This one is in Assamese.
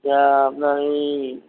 এতিয়া আপ্নাৰ এই